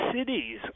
cities